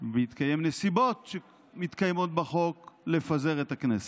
ובהתקיים נסיבות שמתקיימות בחוק, לפזר את הכנסת.